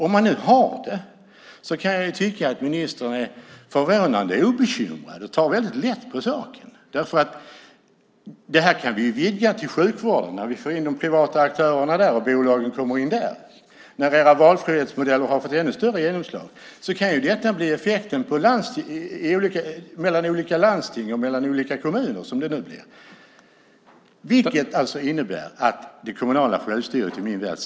Om man nu har det kan jag tycka att ministern är förvånande obekymrad och tar väldigt lätt på saken. Det här kan vi ju vidga till sjukvården när de privata aktörerna och bolagen kommer in där. När era valfrihetsmodeller har fått ännu större genomslag kan detta bli effekten mellan olika landsting och mellan olika kommuner. I min värld innebär detta att det kommunala självstyret sätts ur spel.